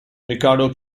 riccardo